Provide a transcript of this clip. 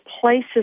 places